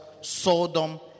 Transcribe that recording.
Sodom